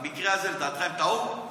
במקרה הזה לדעתך הם טעו?